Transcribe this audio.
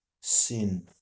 sin